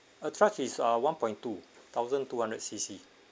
attrage is uh one point two thousand two hundred C_C